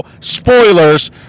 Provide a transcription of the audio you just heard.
spoilers